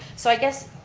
so i guess,